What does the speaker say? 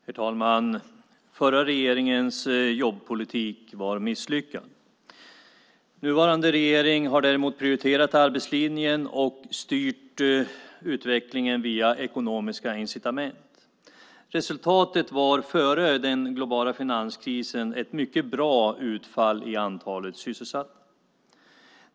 Herr talman! Den förra regeringens jobbpolitik var misslyckad. Den nuvarande regeringen däremot har prioriterat arbetslinjen och styrt utvecklingen via ekonomiska incitament. Resultatet före den globala finanskrisen var ett mycket bra utfall i antalet sysselsatta.